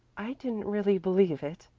i didn't really believe it,